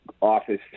office